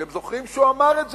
אתם זוכרים שהוא אמר את זה?